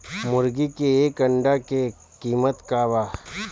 मुर्गी के एक अंडा के कीमत का बा?